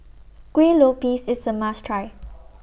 Kueh Lopes IS A must Try